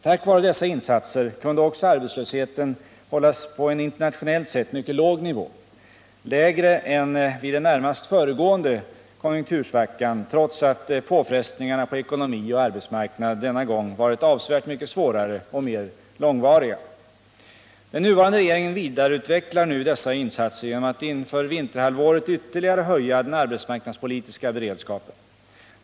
Tack vare dessa insatser kunde också arbetslösheten hållas på en internationellt sett mycket låg nivå, lägre än vid den närmast föregående konjunktursvackan, trots att påfrestningarna på ekonomi och arbetsmarknad denna gång varit avsevärt mycket svårare och Nr 35 mer långvariga. Den nuvarande regeringen vidareutvecklar nu dessa insatser genom att inför vinterhalvåret ytterligare höja den arbetsmarknadspolitiska beredskapen.